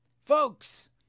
Folks